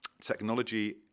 Technology